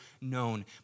known